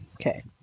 Okay